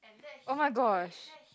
oh-my-gosh